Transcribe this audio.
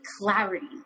clarity